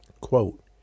Quote